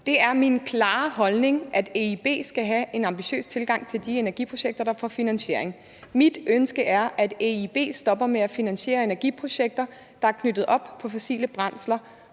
Det er min klare holdning, at EIB skal have en ambitiøs tilgang til de energiprojekter, der får finansiering. Mit ønske er, at EIB stopper med at finansiere energiprojekter, der er knyttet op på fossile brændsler,